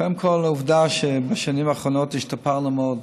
קודם כול, העובדה שבשנים האחרונות השתפרנו מאוד,